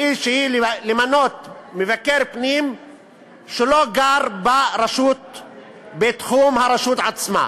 והיא למנות מבקר פנים שלא גר בתחום הרשות עצמה.